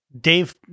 Dave